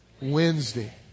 Wednesday